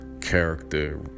character